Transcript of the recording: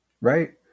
right